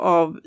av